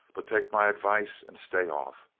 but take my advice and stay off.